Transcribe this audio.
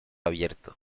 abierto